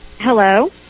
Hello